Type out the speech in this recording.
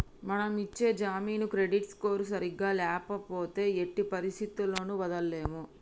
మనం ఇచ్చే జామీను క్రెడిట్ స్కోర్ సరిగ్గా ల్యాపోతే ఎట్టి పరిస్థతుల్లోను వదలలేము